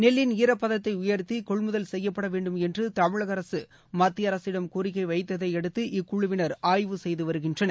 நெல்லின் ஈரப்பதத்தை உயர்த்தி கொள்முதல் செய்யப்பட வேண்டும் என்று தமிழக அரசு மத்திய அரசிடம் கோரிக்கை வைத்ததை அடுத்து இக்குழுவினர் ஆய்வு செய்து வருகின்றனர்